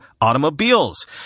automobiles